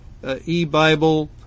eBible